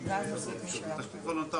ולכן עוד פעם,